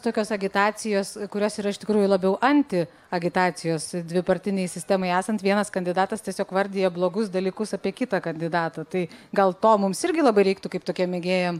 tokios agitacijos kurios yra iš tikrųjų labiau anti agitacijos dvipartinei sistemai esant vienas kandidatas tiesiog vardija blogus dalykus apie kitą kandidatą tai gal to mums irgi labai reiktų kaip tokiem mėgėjam